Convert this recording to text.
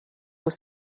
was